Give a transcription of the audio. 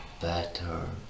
better